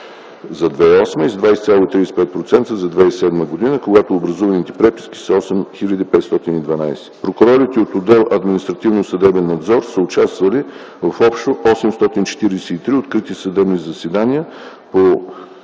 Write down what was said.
2008 г. и с 20,35% спрямо 2007 г., когато образуваните преписки са 8512. Прокурорите от отдел “Административно-съдебен надзор” са участвали в общо 843 открити съдебни заседания по